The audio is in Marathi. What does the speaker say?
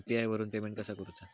यू.पी.आय वरून पेमेंट कसा करूचा?